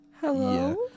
Hello